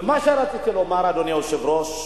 ומה שרציתי לומר, אדוני היושב-ראש,